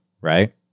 right